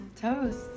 toast